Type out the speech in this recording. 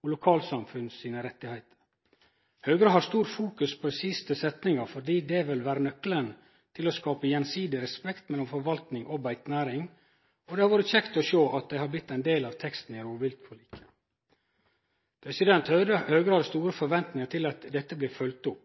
og lokalsamfunns rettigheter». Den siste setninga er svært viktig for Høgre, fordi det vil vere nøkkelen til å skape gjensidig respekt mellom forvaltning og beitenæring, og det er kjekt å sjå at det har blitt ein del av teksten i rovviltforliket. Høgre har store forventningar til at dette blir følgt opp.